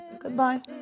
Goodbye